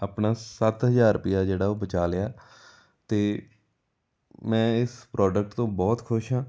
ਆਪਣਾ ਸੱਤ ਹਜ਼ਾਰ ਰੁਪਇਆ ਜਿਹੜਾ ਉਹ ਬਚਾ ਲਿਆ ਅਤੇ ਮੈਂ ਇਸ ਪ੍ਰੋਡਕਟ ਤੋਂ ਬਹੁਤ ਖੁਸ਼ ਹਾਂ